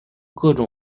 各种